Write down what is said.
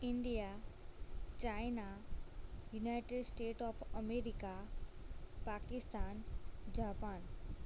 India China united state of America Pakistan Japan